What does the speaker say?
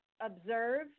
observe